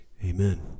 Amen